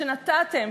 שנתתם,